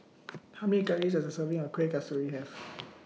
How Many Calories Does A Serving of Kueh Kasturi Have